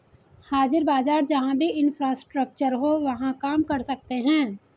हाजिर बाजार जहां भी इंफ्रास्ट्रक्चर हो वहां काम कर सकते हैं